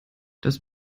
das